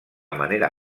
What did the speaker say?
manera